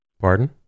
Pardon